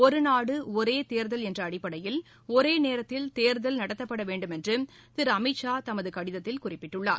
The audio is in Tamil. ஒருநாடுஒரேதே்தல் என்றஅடிப்படையில் ஒரேநேரத்தில் தேர்தல் நடத்தப்படவேண்டுமென்றுதிருஅமித்ஷா தமதுகடிதத்தில் குறிப்பிட்டுள்ளார்